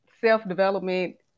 self-development